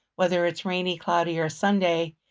whether it's rainy, cloudy, or sunday,